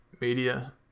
media –